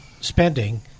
spending